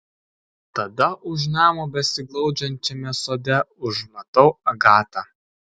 tada už namo besiglaudžiančiame sode užmatau agatą